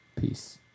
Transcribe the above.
Peace